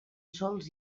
sols